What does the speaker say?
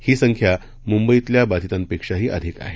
ही संख्या मुंबईतल्या बाधितांपेक्षाही अधिक आहे